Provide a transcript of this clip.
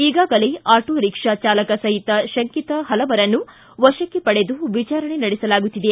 ಈಗಾಗಲೇ ಆಟೊರಿಕ್ಷಾ ಚಾಲಕ ಸಹಿತ ಶಂಕಿತ ಪಲವರನ್ನು ವಶಕ್ಕೆ ಪಡೆದು ವಿಚಾರಣೆ ನಡೆಸಲಾಗುತ್ತಿದೆ